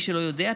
מי שלא יודע,